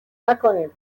نکنین